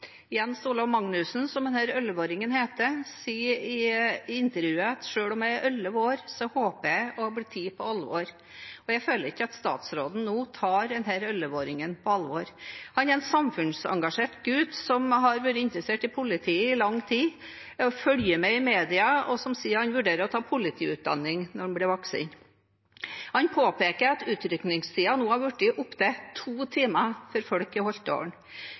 som denne 11-åringer heter, sier i intervjuet: «Selv om jeg er kun 11 år, håper jeg å bli tatt på alvor». Jeg føler ikke at statsråden nå tar denne 11-åringen på alvor. Han er en samfunnsengasjert gutt som har vært interessert i politiet i lang tid, som følger med i media og sier han vurderer å ta politiutdanning når han blir voksen. Han påpeker at utrykningstiden nå har blitt opptil to timer til folk i Holtålen.